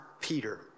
Peter